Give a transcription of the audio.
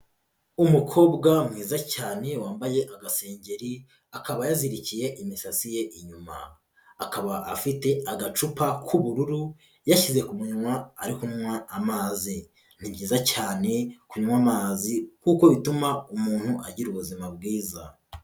Umukobwa mwiza cyane ,wambaye agasengeri, akaba yazirikiye imitatsi ye inyuma. Akaba afite agacupa k'ubururu, yashyize ku munwa, ari kunywa amazi. Ni byiza cyane kunywa amazi, kuko bituma umuntu agira ubuzima bwiza.